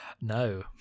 no